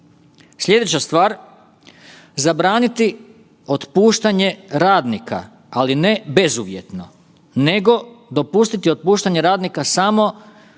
Sljedeća stvar, zabraniti otpuštanje radnika, ali ne bezuvjetno nego dopustiti otpuštanje radnika samo